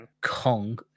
Kong